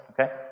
okay